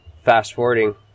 fast-forwarding